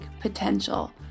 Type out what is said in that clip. potential